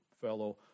fellow